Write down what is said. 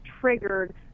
triggered